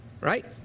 right